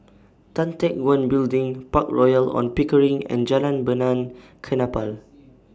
Tan Teck Guan Building Park Royal on Pickering and Jalan Benaan Kapal